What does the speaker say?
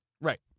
Right